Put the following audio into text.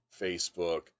facebook